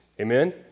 Amen